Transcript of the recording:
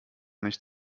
nicht